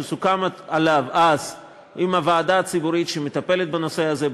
שסוכם עליו אז עם הוועדה הציבורית שמטפלת בנושא הזה,